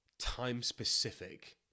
time-specific